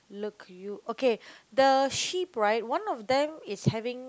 look you okay the sheep right one of them is having